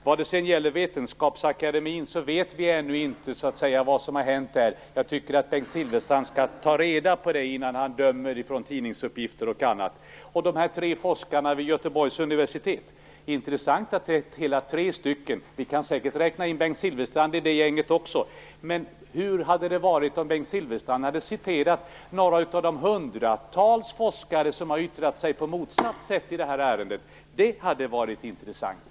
När det sedan gäller Vetenskapsakademien vill jag säga att vi ännu inte vet vad som har hänt där. Jag tycker att Bengt Silfverstrand skall ta reda på det och inte döma utifrån tidningsuppgifter och liknande. När det gäller de tre forskarna vid Göteborgs universitet vill jag säga att det är intressant att det är hela tre stycken. Vi kan säkert räkna Bengt Silfverstrand till det gänget också. Men hur hade det varit om Bengt Silfverstrand hade citerat några av de hundratals forskare som har yttrat sig på motsatt sätt i det här ärendet? Det hade varit intressant!